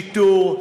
בשיטור,